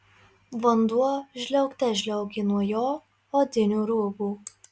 vanduo žliaugte žliaugė nuo jo odinių rūbų